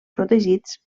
protegits